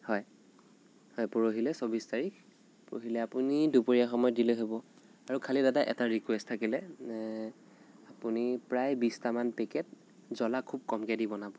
হয় হয় পৰহিলৈ চৌব্বিছ তাৰিখ পৰহিলৈ আপুনি দুপৰীয়া সময়ত দিলেই হ'ব আৰু খালি দাদা এটা ৰিকুৱেষ্ট থাকিলে আপুনি প্ৰায় বিশটামান পেকেট জ্বলা খুব কমকৈ দি বনাব